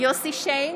יוסף שיין,